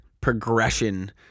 progression